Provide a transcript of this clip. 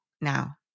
now